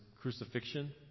crucifixion